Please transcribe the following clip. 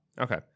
Okay